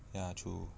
ya true